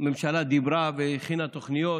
הממשלה דיברה, הכינה תוכניות